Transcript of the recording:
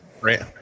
Right